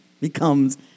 becomes